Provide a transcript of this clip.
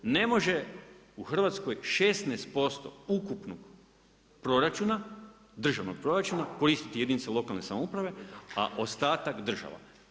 Ne može u Hrvatskoj 16% ukupnog proračuna, državnog proračuna koristiti jedinice lokalne samouprave a ostatak država.